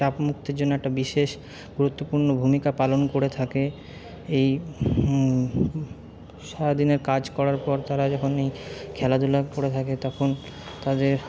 চাপমুক্তির জন্য একটা বিশেষ গুরুত্বপূর্ণ ভূমিকা পালন করে থাকে এই সারাদিনের কাজ করার পর তারা যখন এই খেলাধুলা করে থাকে তখন তাদের